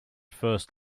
first